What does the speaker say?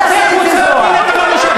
אי-אפשר שכל פעם שחבר כנסת ערבי מדבר,